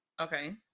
Okay